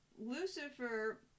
Lucifer